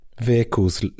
vehicles